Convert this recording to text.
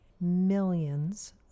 millions